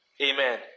Amen